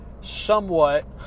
somewhat